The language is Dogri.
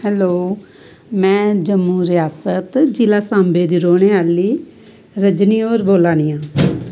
हैल्लो मैं जम्मू रियासत जिला सांबे दी रौह्ने आह्ली रजनी होर बोल्ला नी आं